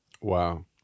Wow